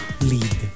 lead